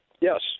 Yes